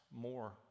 More